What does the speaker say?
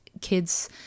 kids